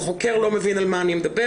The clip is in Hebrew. חוקר לא מבין על מה אני מדברת.